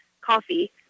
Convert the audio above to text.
coffee